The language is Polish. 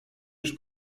już